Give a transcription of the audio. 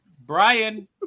Brian